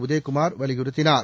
உதயகுமார் வலியுறுத்தினார்